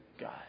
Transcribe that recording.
God